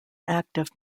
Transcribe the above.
active